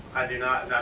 do not,